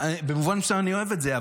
במובן מסוים אני אוהב את זה,